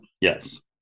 Yes